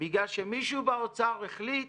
בגלל שמישהו באוצר החליט